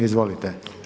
Izvolite.